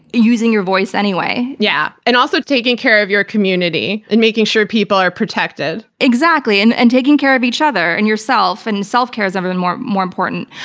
using your voice anyway. yeah. and also taking care of your community, and making sure people are protected. exactly. exactly. and taking care of each other and yourself, and self-care has never been more more important.